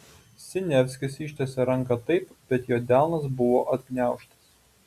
siniavskis ištiesė ranką taip bet jo delnas buvo atgniaužtas